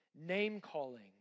name-calling